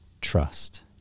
trust